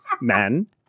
men